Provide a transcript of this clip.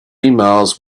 emails